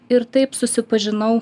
ir taip susipažinau